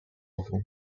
ovo